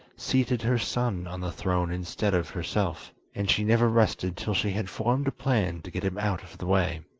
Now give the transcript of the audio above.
seated her son on the throne instead of herself, and she never rested till she had formed a plan to get him out of the way.